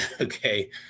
Okay